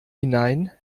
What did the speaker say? hinein